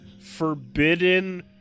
Forbidden